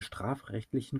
strafrechtlichen